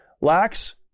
lacks